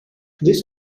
this